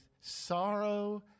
sorrow